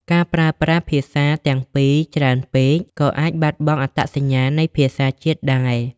ការប្រើប្រាស់ភាសាទាំងពីរច្រើនពេកក៏អាចបាត់បង់អត្តសញ្ញាណនៃភាសាជាតិដែរ។